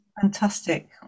Fantastic